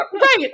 right